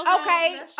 Okay